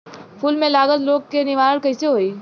फूल में लागल रोग के निवारण कैसे होयी?